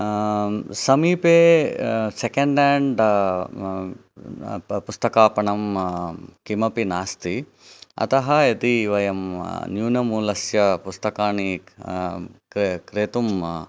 समिपे second hand पुस्तकापणं किमपि नास्ति अतः यदि वयं न्यूनमूलस्य पुस्तकानि क्रे क्रेतुम्